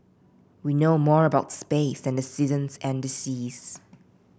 we know more about space than the seasons and the seas